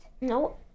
No